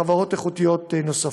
חברות איכותיות נוספות.